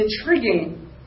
intriguing